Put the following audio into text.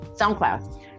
SoundCloud